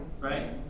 right